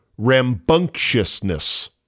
rambunctiousness